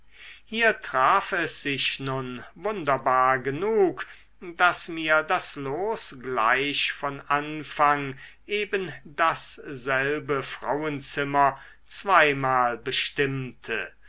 hier traf es sich nun wunderbar genug daß mir das los gleich von anfang eben dasselbe frauenzimmer zweimal bestimmte